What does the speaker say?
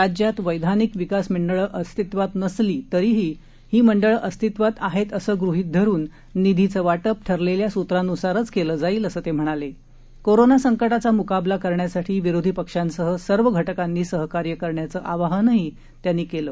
राज्यात वैधानिक विकास मंडळं अस्तित्वात नसली तरी ही मंडळं अस्तित्वात आहेत असं गृहीत धरुन निधीचं वाटप ठरलेल्या सूत्रान्सारच केलं जाईल असं ते म्हणाले कोरोना संकटाचा मु्काबला करण्यासाठी विरोधी पक्षांसह सर्व घटकांनी सहकार्य करण्याचं आवाहनही त्यांनी केलं